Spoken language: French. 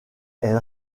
elle